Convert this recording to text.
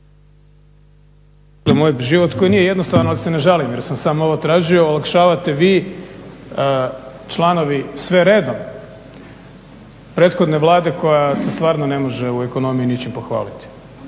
moj život koji nije jednostavan, ali se ne žalim jer sam sam ovo tražio, olakšavate vi članovi, sve redom prethodne Vlade koja se stvarno ne može u ekonomiji ničim pohvaliti.